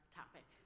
topic